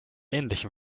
ähnlichem